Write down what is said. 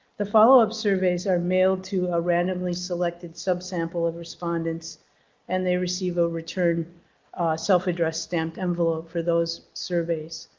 the follow-up surveys are mailed to a randomly selected sub sample of respondents and they receive a return self-addressed stamped envelope for those surveys.